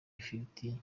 ifiriti